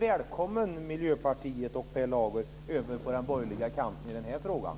Välkommen, Miljöpartiet och Per Lager, över på den borgerliga kanten i den här frågan!